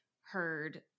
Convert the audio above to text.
heard